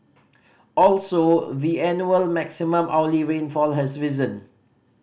also the annual maximum hourly rainfall has risen